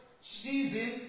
season